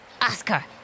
Oscar